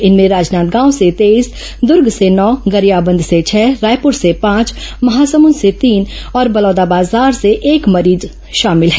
इनमें राजनांदगांव से तेईस दुर्ग से नौ गरियाबंद से छह रायपुर से पांच महासमुद से तीन और बलौदाबाजार से एक मरीज शामिल है